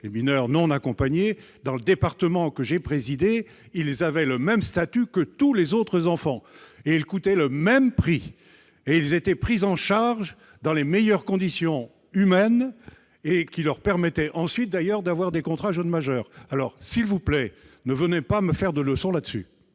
des mineurs non accompagnés. Dans le département que j'ai présidé, ils avaient le même statut que tous les autres enfants, ils coûtaient le même prix et ils étaient pris en charge dans les meilleures conditions humaines, qui leur permettaient, d'ailleurs, d'obtenir ensuite des contrats jeune majeur ! S'il vous plaît, ne venez pas me donner de leçons à cet